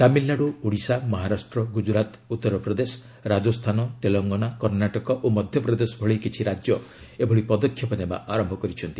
ତାମିଲନାଡୁ ଓଡ଼ିଶା ମହାରାଷ୍ଟ୍ର ଗୁଜରାତ ଉତ୍ତରପ୍ରଦେଶ ରାଜସ୍ଥାନ ତେଲଙ୍ଗନା କର୍ଣ୍ଣାଟକ ଓ ମଧ୍ୟପ୍ରଦେଶ ଭଳି କିଛି ରାଜ୍ୟ ଏଭଳି ପଦକ୍ଷେପ ନେବା ଆରମ୍ଭ କରିଛନ୍ତି